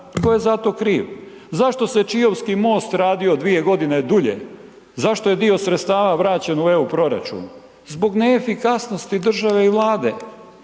Tko je za to kriv? Zašto se Čiovski most radio 2 godine dulje? Zašto je dio sredstava vraćen u EU proračun? Zbog neefikasnosti države i Vlade.